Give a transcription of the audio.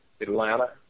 Atlanta